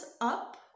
up